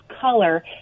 color